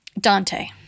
Dante